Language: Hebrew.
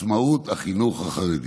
עצמאות החינוך החרדי.